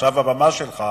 עכשיו הבמה שלך,